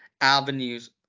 avenues